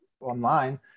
online